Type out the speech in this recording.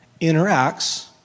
interacts